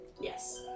Yes